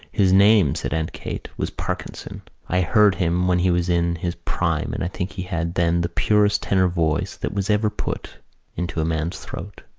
his name, said aunt kate, was parkinson. i heard him when he was in his prime and i think he had then the purest tenor voice that was ever put into a man's throat.